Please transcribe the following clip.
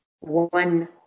one